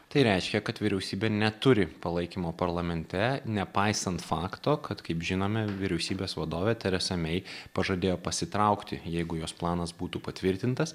tai reiškia kad vyriausybė neturi palaikymo parlamente nepaisant fakto kad kaip žinome vyriausybės vadovė teresa mei pažadėjo pasitraukti jeigu jos planas būtų patvirtintas